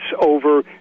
over